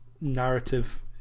narrative